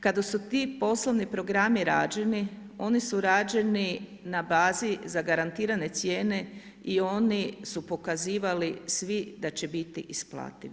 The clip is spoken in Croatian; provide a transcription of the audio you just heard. Kada su ti poslovni programi rađeni, oni su rađeni na bazi zagarantirane cijene i oni su pokazivali svi da će biti isplativi.